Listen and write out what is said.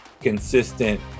consistent